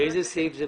באיזה סעיף?